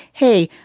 hey,